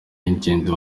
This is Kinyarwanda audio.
y’ingenzi